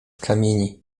kamieni